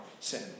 Sin